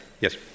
Yes